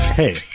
hey